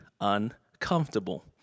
uncomfortable